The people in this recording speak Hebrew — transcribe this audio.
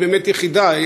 היא באמת יחידה.